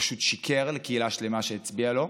ופשוט שיקר לקהילה שלמה שהצביעה לו,